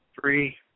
Three